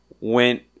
went